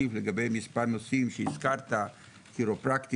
אוסיף ואתייחס לגבי מספר נושאים שהזכרת: כירופרקטיקה,